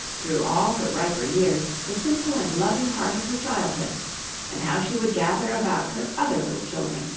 through all her riper years, the simple and loving heart of her childhood and how she would gather about her other little children,